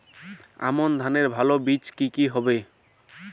আমান ধানের ভালো বীজ কি কি হবে?